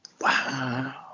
Wow